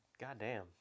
goddamn